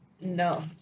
no